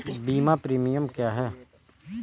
बीमा प्रीमियम क्या है?